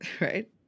Right